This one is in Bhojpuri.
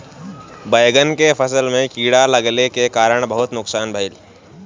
बैंगन के फसल में कीड़ा लगले के कारण बड़ा नुकसान भइल